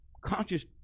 conscious